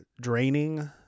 draining